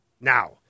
Now